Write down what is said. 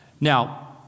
Now